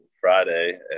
friday